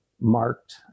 marked